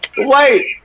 Wait